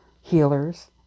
healers